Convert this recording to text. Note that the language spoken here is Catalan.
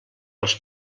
als